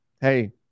hey